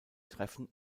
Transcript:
treffen